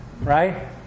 right